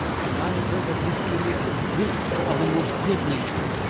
and i had heard that whisky makes a brute of the most good-natured.